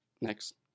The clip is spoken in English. next